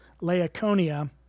Laconia